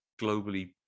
globally